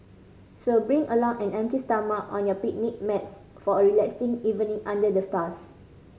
so bring along an empty stomach and your picnic mats for a relaxing evening under the stars